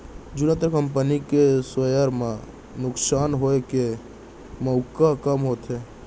जुन्ना कंपनी के सेयर म नुकसान होए के मउका कम होथे